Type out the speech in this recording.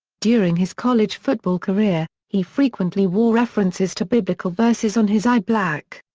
during his college football career, he frequently wore references to biblical verses on his eye black.